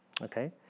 Okay